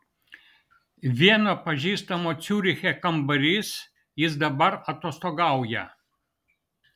vieno pažįstamo ciuriche kambarys jis dabar atostogauja